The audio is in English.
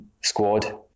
squad